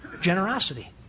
Generosity